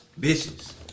bitches